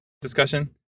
discussion